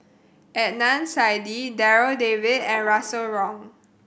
Adnan Saidi Darryl David and Russel Wong